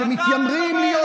אתם מתיימרים להיות,